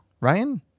Ryan